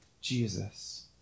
Jesus